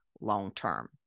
long-term